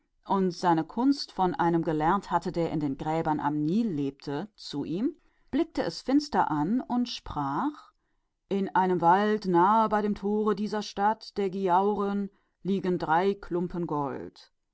und seine kunst von einem gelernt hatte der in den gräbern des niles wohnte zu ihm herein sah es finster an und sprach in einem wald nahe bei dieser stadt von giauren liegen